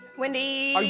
wendy.